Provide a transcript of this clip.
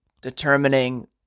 determining